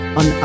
on